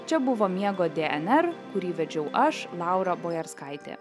čia buvo miego dnr kurį vedžiau aš laura bojarskaitė